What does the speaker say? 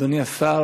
אדוני השר,